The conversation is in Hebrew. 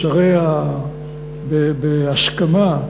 בהסכמה,